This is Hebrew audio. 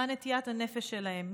מה נטיית הנפש שלהם,